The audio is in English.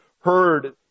heard